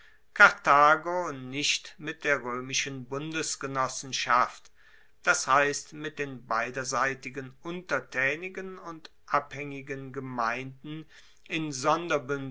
karthago nicht mit der roemischen bundesgenossenschaft das heisst mit den beiderseitigen untertaenigen und abhaengigen gemeinden in